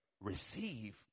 receive